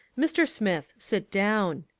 mr. smith, sit down.